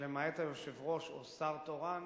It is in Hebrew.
שלמעט היושב-ראש או שר תורן,